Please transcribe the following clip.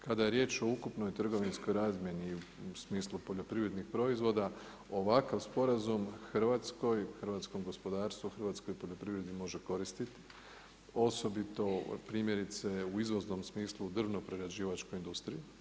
Kada je riječ o ukupnoj trgovinskoj razmjeni u smislu poljoprivrednih proizvoda, ovakav sporazum Hrvatskom, hrvatskom gospodarstvu, hrvatskoj poljoprivredi može koristiti, osobito, primjerice u izvoznom smislu drvno prerađivačkoj industriji.